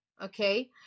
okay